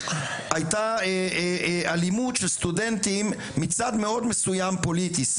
הייתה אלימות של סטודנטים מצד מאוד מסוים פוליטי,